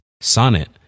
Sonnet